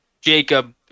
Jacob